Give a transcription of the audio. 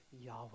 Yahweh